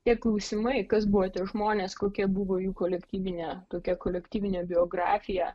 tie klausimai kas buvo tie žmonės kokia buvo jų kolektyvinė tokia kolektyvinė biografija